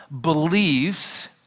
beliefs